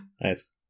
Nice